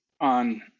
on